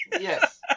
Yes